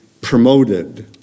promoted